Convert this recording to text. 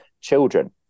children